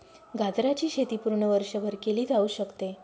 गाजराची शेती पूर्ण वर्षभर केली जाऊ शकते